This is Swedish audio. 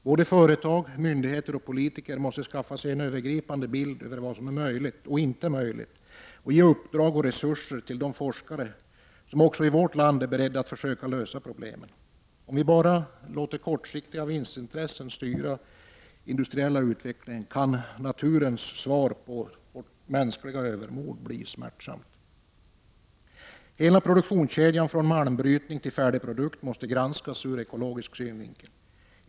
Både företag, myndigheter och politiker måste skaffa sig en övergripande bild av vad som är möjligt och inte möjligt och ge uppdrag och resurser till de forskare som också i vårt land är beredda att försöka lösa problemen. Om vi bara låter kortsiktiga vinstintressen styra den industriella utvecklingen, kan naturens svar på det mänskliga övermodet bli smärtsamt. Hela produktionskedjan från malmbrytning till färdig produkt måste granskas ur ekologisk synvinkel.